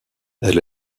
elle